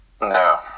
No